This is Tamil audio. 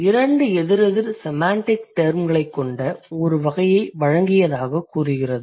இரண்டு எதிரெதிர் செமாண்டிக் டெர்ம்களைக் கொண்ட ஒரு வகையை வழங்கியதாகக் கூறுகிறது